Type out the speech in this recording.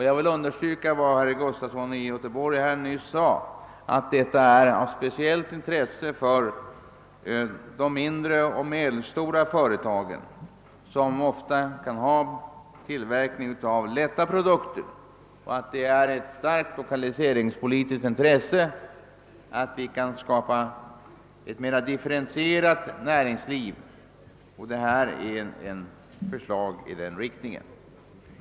Jag vill understryka herr Gustafsons i Göteborg uttalande tidigare i dag att detta förslag är av speciell betydelse för de mindre och medelstora företagen, som måste ha en tillverkning av lätta produkter. Det är ett starkt lokaliseringspolitiskt intresse att vi kan skapa ett mera differentierat näringsliv, och förslaget ligger i linje med sådana strävanden.